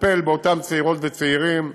לטפל באותן צעירות וצעירים,